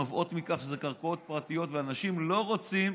נובעות מכך שאלה קרקעות פרטיות ואנשים לא רוצים,